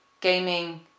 gaming